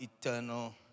eternal